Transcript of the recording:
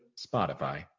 Spotify